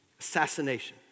assassination